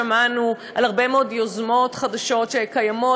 שמענו על הרבה מאוד יוזמות חדשות שקיימות